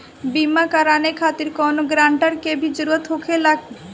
बीमा कराने खातिर कौनो ग्रानटर के भी जरूरत होखे ला?